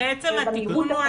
שר